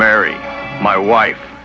marry my wife